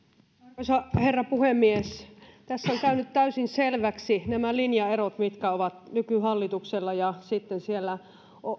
arvoisa herra puhemies tässä ovat käyneet täysin selväksi nämä linjaerot mitkä ovat nykyhallituksella ja siellä